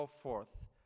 forth